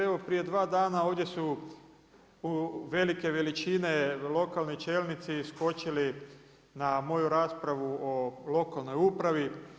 Evo prije dva dana ovdje su velike veličine lokalni čelnici iskočili na moju raspravu o lokalnoj upravi.